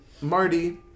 Marty